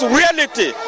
reality